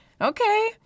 okay